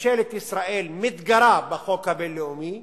ממשלת ישראל מתגרה בחוק הבין-לאומי,